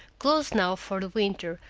closed now for the winter,